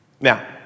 Now